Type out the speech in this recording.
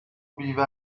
بیوه